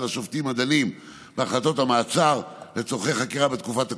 השופטים הדנים בהחלטות המעצר לצורכי חקירה בתקופת הקורונה,